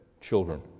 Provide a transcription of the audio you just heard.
children